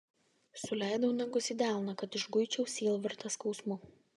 suleidau nagus į delną kad išguičiau sielvartą skausmu